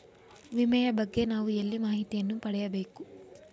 ವಿಮೆಯ ಬಗ್ಗೆ ನಾವು ಎಲ್ಲಿ ಮಾಹಿತಿಯನ್ನು ಪಡೆಯಬೇಕು?